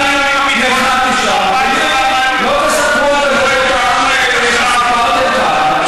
אני נלחמתי שם ולי לא תספרו את אגדות העם האלה שסיפרתם כאן.